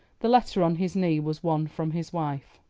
the letter on his knee was one from his wife.